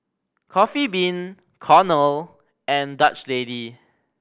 Coffee Bean Cornell and Dutch Lady